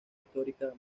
histórica